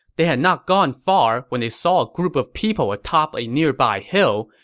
they had not gone far when they saw a group of people atop a nearby hill,